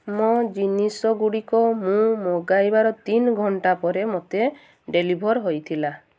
ମୋ ଜିନିଷଗୁଡ଼ିକ ମୁଁ ମଗାଇବାର ତିନ ଘଣ୍ଟା ପରେ ମୋତେ ଡେଲିଭର୍ ହେଇଥିଲା